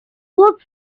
both